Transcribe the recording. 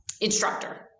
instructor